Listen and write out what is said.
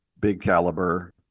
big-caliber